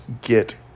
get